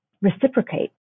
reciprocate